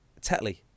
Tetley